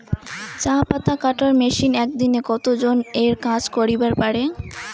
চা পাতা কাটার মেশিন এক দিনে কতজন এর কাজ করিবার পারে?